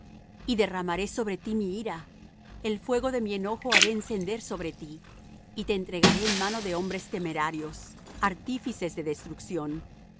y derramaré sobre ti mi ira el fuego de mi enojo haré encender sobre ti y te entregaré en mano de hombres temerarios artífices de destrucción